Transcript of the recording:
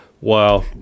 Wow